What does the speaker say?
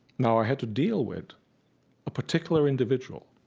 now i had to deal with a particular individual.